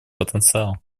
потенциал